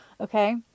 okay